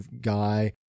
guy